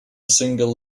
single